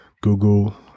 Google